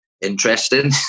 interesting